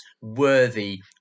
worthy